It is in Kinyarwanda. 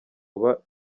kuba